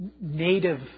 native